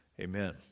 Amen